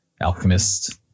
Alchemist